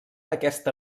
aquesta